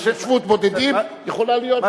התיישבות בודדים יכולה להיות גם,